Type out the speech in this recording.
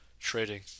trading